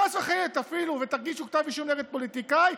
חס וחלילה תפעלו ותגישו כתב אישום נגד פוליטיקאי,